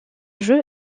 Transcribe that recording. jeu